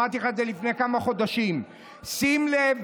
ואמרתי לך את זה לפני כמה חודשים: שים לב,